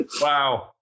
Wow